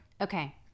Okay